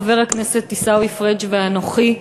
חבר הכנסת עיסאווי פריג' ואנוכי,